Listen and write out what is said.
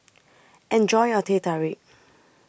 Enjoy your Teh Tarik